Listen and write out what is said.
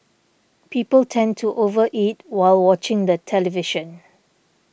people tend to over eat while watching the television